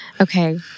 Okay